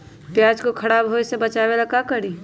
प्याज को खराब होय से बचाव ला का करी?